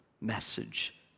message